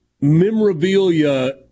memorabilia